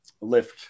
lift